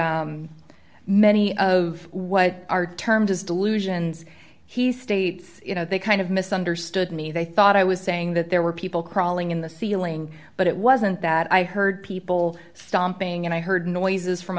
many of what are termed as delusions he states you know they kind of misunderstood me they thought i was saying that there were people crawling in the ceiling but it wasn't that i heard people stomping and i heard noises from